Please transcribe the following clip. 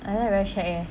like that very shag leh